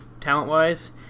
talent-wise